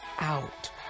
out